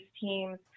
teams